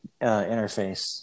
interface